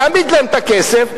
יעמיד להם את הכסף,